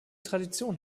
tradition